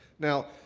now,